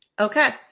Okay